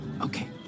okay